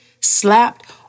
slapped